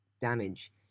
damage